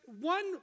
one